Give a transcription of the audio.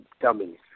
dummies